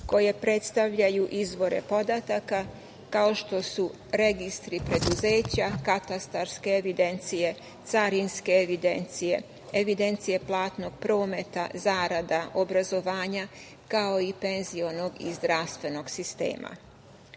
koje predstavljaju izvore podataka, kao što su registri preduzeća, katastarske evidencije, carinske evidencije, evidencije platnog prometa, zarada, obrazovanja, kao i penzionog i zdravstvenog sistema. Od